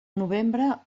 novembre